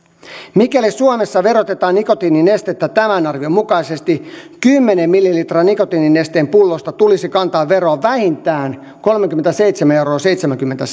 mikäli suomessa verotetaan nikotiininestettä tämän arvion mukaisesti kymmenen millilitran nikotiininesteen pullosta tulisi kantaa veroa vähintään kolmekymmentäseitsemän pilkku seitsemänkymmentä